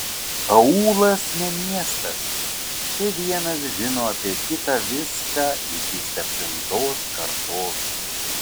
aūlas ne miestas čia vienas žino apie kitą viską iki septintos kartos